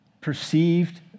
perceived